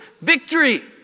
victory